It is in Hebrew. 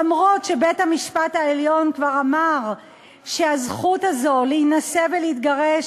אף שבית-המשפט העליון כבר אמר שהזכות הזאת להינשא ולהתגרש